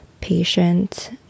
patient